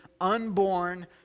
unborn